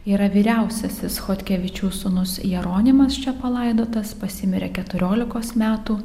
yra vyriausiasis chodkevičių sūnus jeronimas čia palaidotas pasimirė keturiolikos metų